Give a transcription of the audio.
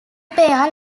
pair